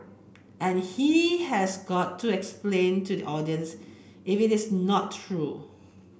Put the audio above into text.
and he has got to explain to the audiences if it is not true